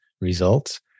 results